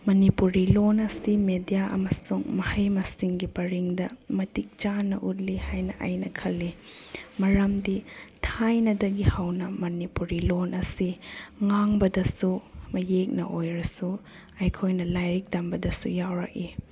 ꯃꯅꯤꯄꯨꯔꯤ ꯂꯣꯜ ꯑꯁꯤ ꯃꯦꯗꯤꯌꯥ ꯑꯃꯁꯨꯡ ꯃꯍꯩ ꯃꯁꯤꯡꯒꯤ ꯄꯔꯤꯡꯗ ꯃꯇꯤꯛ ꯆꯥꯅ ꯎꯠꯂꯤ ꯍꯥꯏꯅ ꯑꯩꯅ ꯈꯜꯂꯤ ꯃꯔꯝꯗꯤ ꯊꯥꯏꯅꯗꯒꯤ ꯍꯧꯅ ꯃꯅꯤꯄꯨꯔ ꯂꯣꯜ ꯑꯁꯤ ꯉꯥꯡꯕꯗꯁꯨ ꯃꯌꯦꯛꯅ ꯑꯣꯏꯔꯁꯨ ꯑꯩꯈꯣꯏꯅ ꯂꯥꯏꯔꯤꯛ ꯇꯝꯕꯗꯁꯨ ꯌꯥꯎꯔꯛꯏ